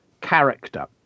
character